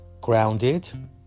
grounded